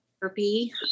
therapy